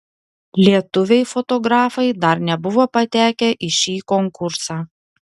lietuviai fotografai dar nebuvo patekę į šį konkursą